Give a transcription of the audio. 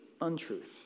untruth